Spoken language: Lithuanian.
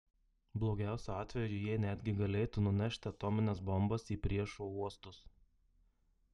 blogiausiu atveju jie netgi galėtų nunešti atomines bombas į priešo uostus